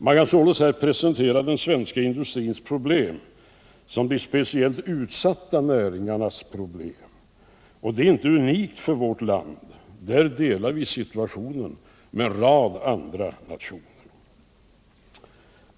Man kan således här presentera den svenska industrins problem som de speciellt utsatta näringarnas problem, och det är inte unikt för vårt land. Där är situationen densamma för en rad nationer.